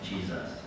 Jesus